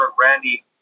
Randy